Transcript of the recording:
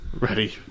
Ready